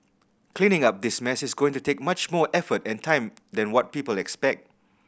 cleaning up this mess is going to take much more effort and time than what people expect